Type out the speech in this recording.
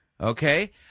Okay